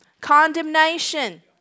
Condemnation